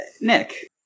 Nick